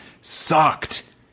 sucked